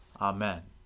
Amen